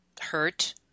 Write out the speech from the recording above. hurt